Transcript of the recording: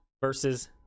versus